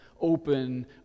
open